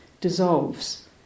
dissolves